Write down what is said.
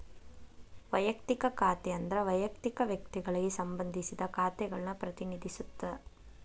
ವಯಕ್ತಿಕ ಖಾತೆ ಅಂದ್ರ ವಯಕ್ತಿಕ ವ್ಯಕ್ತಿಗಳಿಗೆ ಸಂಬಂಧಿಸಿದ ಖಾತೆಗಳನ್ನ ಪ್ರತಿನಿಧಿಸುತ್ತ